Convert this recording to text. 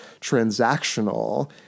transactional